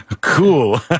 cool